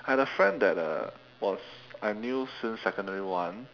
I had a friend that uh was I knew since secondary one